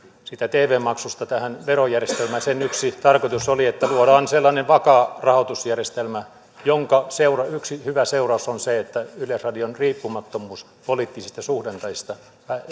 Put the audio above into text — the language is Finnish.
siitä tv maksusta tähän verojärjestelmään yksi tarkoitus oli että luodaan sellainen vakaa rahoitusjärjestelmä jonka yksi hyvä seuraus on se että yleisradion riippumattomuus poliittisista suhdanteista